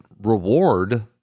reward